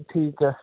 ਠੀਕ ਹੈ